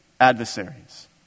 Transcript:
adversaries